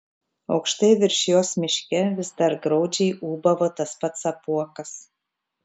aukštai virš jos miške vis dar graudžiai ūbavo tas pats apuokas